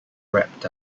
wrapped